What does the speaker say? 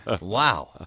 Wow